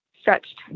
stretched